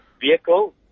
vehicle